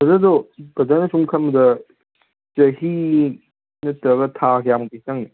brother ꯑꯗꯨ ꯕ꯭ꯔꯗꯔꯅ ꯁꯨꯝ ꯈꯟꯕꯗ ꯆꯍꯤ ꯅꯠꯇ꯭ꯔꯒ ꯊꯥ ꯀꯌꯥꯃꯨꯛꯇꯤ ꯆꯪꯅꯤ